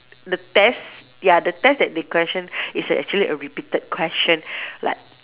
the test ya the test that they question is actually a repeated question like